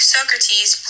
Socrates